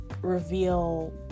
reveal